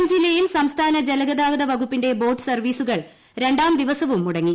കൊല്ലം ജില്ലയിൽ സംസ്ഥാന ജലഗുതാഗ്രിത വകുപ്പിന്റെ ബോട്ട് സർവ്വീസുകൾ രണ്ടാം ദിവസവും മുട്ടങ്ങി